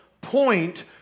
point